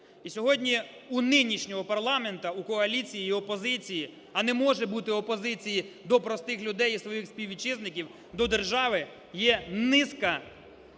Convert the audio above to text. І сьогодні у нинішнього парламенту, у коаліції і опозиції, а не може бути опозиції до простих людей і своїх співвітчизників, до держави, є низка